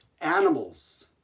animals